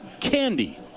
candy